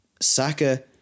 Saka